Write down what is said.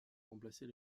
remplacer